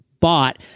bought